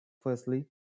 firstly